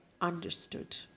understood